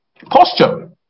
posture